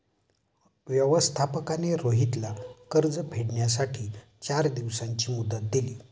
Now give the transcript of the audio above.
व्यवस्थापकाने रोहितला कर्ज फेडण्यासाठी चार दिवसांची मुदत दिली